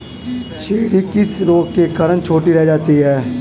Cherry किस रोग के कारण छोटी रह जाती है?